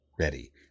Ready